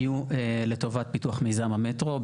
יהיו לטובת פיתוח מיזם המטרו.